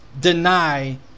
deny